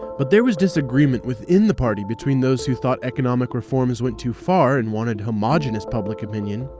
but there was disagreement within the party between those who thought economic reforms went too far and wanted homogenous public opinion,